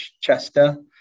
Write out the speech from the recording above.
Chester